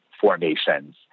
formations